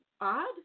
odd